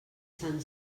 sant